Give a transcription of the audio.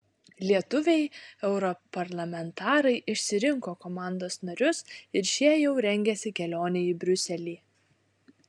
lietuviai europarlamentarai išsirinko komandos narius ir šie jau rengiasi kelionei į briuselį